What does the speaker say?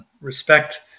respect